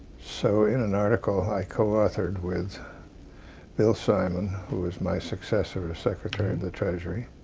so in an article i co-authored with bill simon, who was my successor as secretary of the treasury,